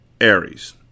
Aries